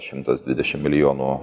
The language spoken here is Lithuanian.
šimtas dvidešim milijonų